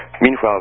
Meanwhile